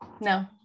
no